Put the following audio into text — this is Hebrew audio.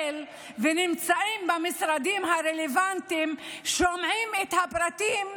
ונמצאים במשרדים הרלוונטיים שומעים את הפרטים,